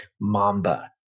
Mamba